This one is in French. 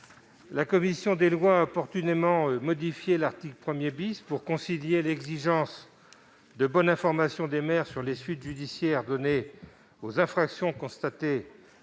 la commission des lois a opportunément modifié l'article 1 pour concilier l'exigence de bonne information des maires sur les suites judiciaires données aux infractions constatées